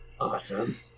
Awesome